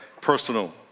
personal